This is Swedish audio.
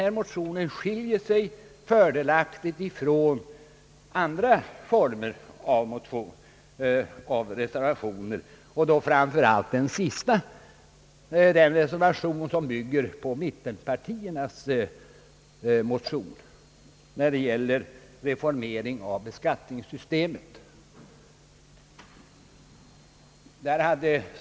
Högerförslaget skiljer sig dock, som sagt, fördelaktigt från den reservation som bygger på mittenpartiernas motion angående reformering av skattesystemet.